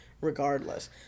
regardless